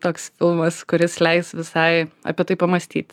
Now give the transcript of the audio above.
toks filmas kuris leis visai apie tai pamąstyti